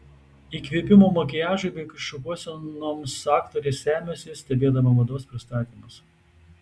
įkvėpimo makiažui bei šukuosenoms aktorė semiasi stebėdama mados pristatymus